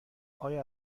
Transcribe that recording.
آیا